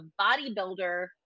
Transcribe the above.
bodybuilder